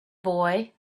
boy